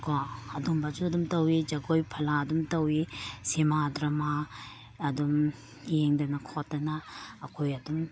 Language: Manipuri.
ꯀꯣ ꯑꯗꯨꯝꯕꯁꯨ ꯑꯗꯨꯝ ꯇꯧꯏ ꯖꯒꯣꯏ ꯐꯥꯂꯥ ꯑꯗꯨꯝ ꯇꯧꯏ ꯁꯤꯃꯥ ꯗ꯭ꯔꯥꯃꯥ ꯑꯗꯨꯝ ꯌꯦꯡꯗꯅ ꯈꯣꯠꯇꯅ ꯑꯩꯈꯣꯏ ꯑꯗꯨꯝ